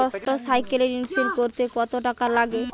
মোটরসাইকেলের ইন্সুরেন্স করতে কত টাকা লাগে?